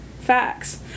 Facts